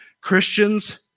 Christians